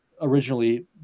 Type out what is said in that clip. originally